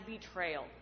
betrayal